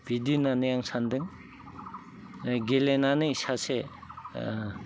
बिदि होननानै आं सान्दों गेलेनानै सासे